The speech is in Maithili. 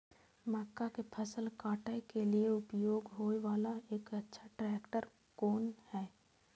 मक्का के फसल काटय के लिए उपयोग होय वाला एक अच्छा ट्रैक्टर कोन हय?